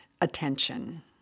attention